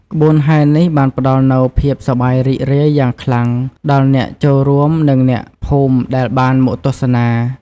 ក្បួនហែរនេះបានផ្តល់នូវភាពសប្បាយរីករាយយ៉ាងខ្លាំងដល់អ្នកចូលរួមនិងអ្នកភូមិដែលបានមកទស្សនា។